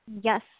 Yes